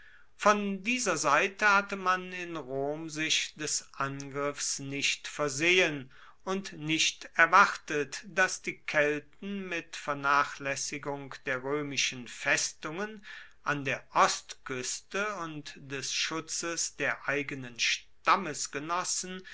von dieser seite hatte man in rom sich des angriffs nicht versehen und nicht erwartet dass die kelten mit vernachlaessigung der roemischen festungen an der ostkueste und des schutzes der eigenen